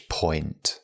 point